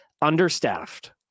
understaffed